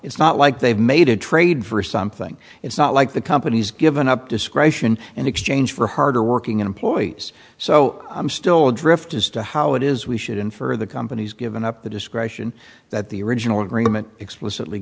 it's not like they've made a trade for something it's not like the company's given up discretion and exchange for harder working employees so i'm still adrift as to how it is we should infer the company's given up the discretion that the original agreement explicitly